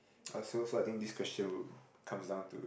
so so I think this question would comes down to